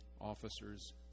officer's